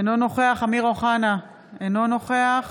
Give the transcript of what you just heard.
אינו נוכח אמיר אוחנה, אינו נוכח